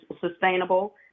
sustainable